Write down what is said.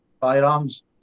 firearms